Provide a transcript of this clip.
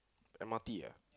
M_R_T ah